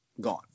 gone